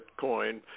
Bitcoin